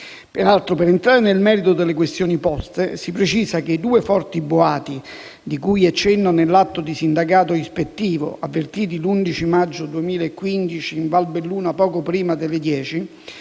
accaduti. Per entrare nel merito delle questioni poste, si precisa che i due forti boati di cui è cenno nell'atto di sindacato ispettivo, avvertiti l'11 maggio 2015 in Valbelluna poco prima delle 10,